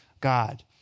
God